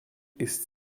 ist